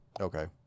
Okay